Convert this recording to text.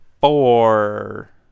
four